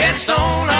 and song